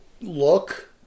look